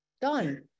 done